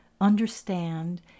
understand